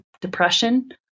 depression